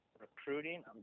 recruiting